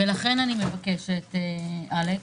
לכן אני מבקשת אלכס,